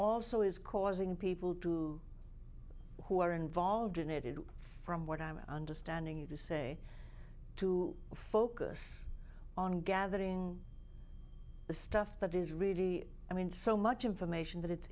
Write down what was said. also is causing people to who are involved in it it from what i'm understanding you to say to focus on gathering the stuff that is really i mean so much information that it's